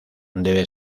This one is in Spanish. debe